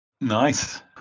Nice